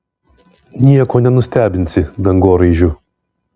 nieko nenustebinsi dangoraižiu